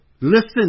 listen